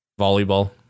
Volleyball